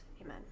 Amen